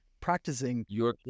practicing